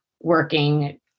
working